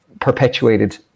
perpetuated